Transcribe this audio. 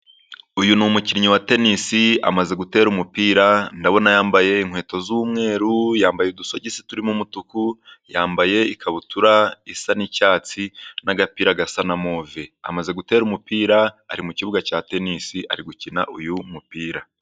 Uyu ni umukinnyi wa tenisi amaze gutera umupira. Ndabona yambaye inkweto z'umweru, yambaye udusogisi turimo umutuku, yambaye ikabutura isa n'icyatsi n'agapira gasa na move. Amaze gutera umupira, ari mu kibuga cya tenisi ari gukina uyu mupira.